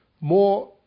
more